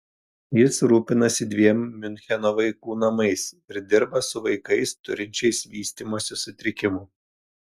jis rūpinasi dviem miuncheno vaikų namais ir dirba su vaikais turinčiais vystymosi sutrikimų